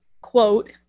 quote